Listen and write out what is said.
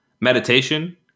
meditation